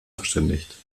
verständigt